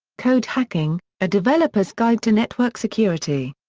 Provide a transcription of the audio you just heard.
code hacking a developer's guide to network security.